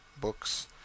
books